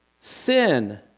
Sin